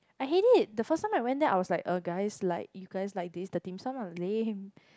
I hate it the first time I went there I was like uh guys like you guys like this the dim sum are lame